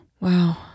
Wow